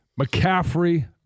McCaffrey